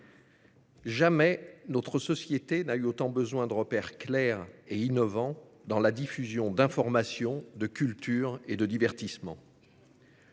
jamais notre société n'a eu autant besoin de repères clairs et innovants dans la diffusion d'informations, de culture et de divertissement.